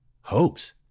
hopes